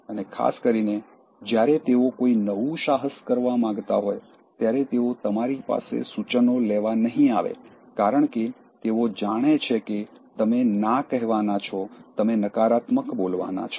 અને ખાસ કરીને જ્યારે તેઓ કોઈ નવું સાહસ કરવા માંગતા હોય ત્યારે તેઓ તમારી પાસે સૂચનો લેવા નહીં આવે કારણ કે તેઓ જાણે છે કે તમે ના કહેવાના છો તમે નકારાત્મક બોલવાના છો